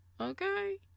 Okay